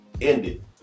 ended